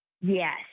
Yes